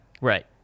Right